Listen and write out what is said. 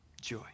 Joy